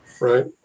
Right